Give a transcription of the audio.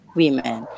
women